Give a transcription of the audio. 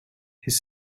his